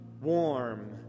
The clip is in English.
warm